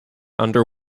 under